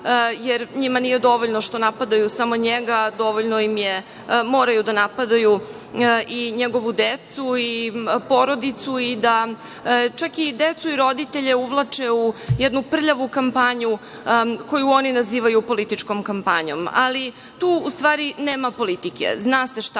jer njima nije dovoljno što napadaju samo njega, moraju da napadaju i njegovu decu i porodicu i da čak i decu i roditelje uvlače u jednu prljavu kampanju koju oni nazivaju političkom kampanjom. Tu u stvari nema politike. Zna se šta